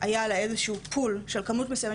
היה לה איזה שהוא pull של כמות מסוימת